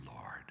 Lord